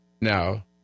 now